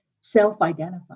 self-identify